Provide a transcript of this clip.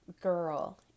Girl